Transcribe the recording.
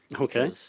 okay